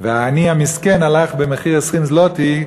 במחיר 20 זלוטי,